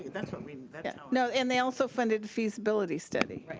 that's what we no, and they also funded feasibility study. right.